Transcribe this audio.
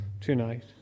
tonight